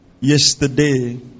yesterday